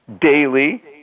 Daily